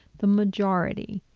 the majority,